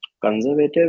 conservative